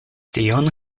tion